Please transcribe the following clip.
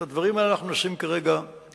את הדברים הללו אנחנו מנסים כרגע להסדיר.